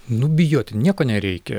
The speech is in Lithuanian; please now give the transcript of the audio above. nu bijoti nieko nereikia